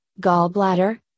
gallbladder